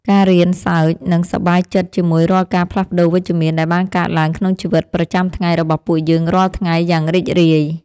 ការរៀនសើចនិងសប្បាយចិត្តជាមួយរាល់ការផ្លាស់ប្តូរវិជ្ជមានដែលបានកើតឡើងក្នុងជីវិតប្រចាំថ្ងៃរបស់ពួកយើងរាល់ថ្ងៃយ៉ាងរីករាយ។